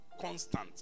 constant